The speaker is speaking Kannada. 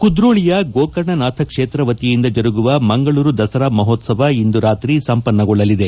ಕುದ್ರೋಳಿಯ ಗೋಕರ್ಣನಾಥ ಕ್ಷೇತ್ರ ವತಿಯಿಂದ ಜರಗುವ ಮಂಗಳೂರು ದಸರಾ ಮಹೋತ್ಸವ ಇಂದು ರಾತ್ರಿ ಸಂಪನ್ನಗೊಳ್ಳಲಿದೆ